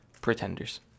Pretenders